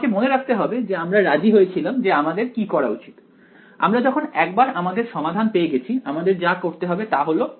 আমাকে মনে রাখতে হবে যে আমরা রাজি হয়েছিলাম যে আমাদের কি করা উচিত আমরা যখন একবার আমাদের সমাধান পেয়ে গেছি আমাদের যা করতে হবে তা হল